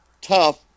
tough